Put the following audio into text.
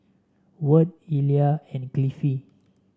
Wirt Illya and Cliffie